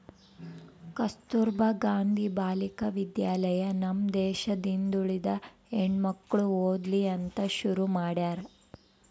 ಕಸ್ತುರ್ಭ ಗಾಂಧಿ ಬಾಲಿಕ ವಿದ್ಯಾಲಯ ನಮ್ ದೇಶದ ಹಿಂದುಳಿದ ಹೆಣ್ಮಕ್ಳು ಓದ್ಲಿ ಅಂತ ಶುರು ಮಾಡ್ಯಾರ